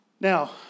Now